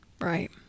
Right